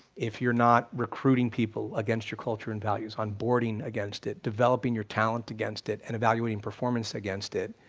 if you're not recruiting people against you're culture and values, on boarding against it, developing your talent against it and evaulting and performance against it,